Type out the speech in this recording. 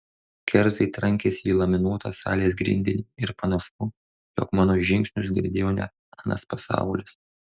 kerzai trankėsi į laminuotą salės grindinį ir panašu jog mano žingsnius girdėjo net anas pasaulis